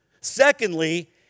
Secondly